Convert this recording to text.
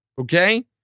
Okay